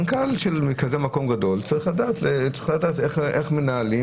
מנכ"ל בכזה מקום גדול צריך לדעת איך מנהלים,